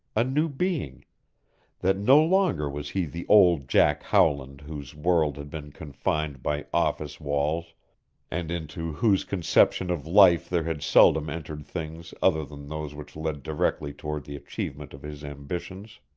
a new being that no longer was he the old jack howland whose world had been confined by office walls and into whose conception of life there had seldom entered things other than those which led directly toward the achievement of his ambitions.